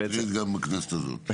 זה מטריד גם בכנסת הזאת.